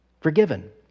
forgiven